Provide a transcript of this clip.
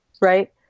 right